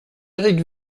éric